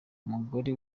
umugore